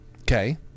Okay